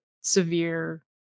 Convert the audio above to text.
severe